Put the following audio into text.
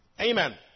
Amen